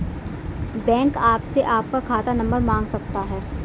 bank आपसे आपका खाता नंबर मांग सकता है